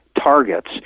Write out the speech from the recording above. targets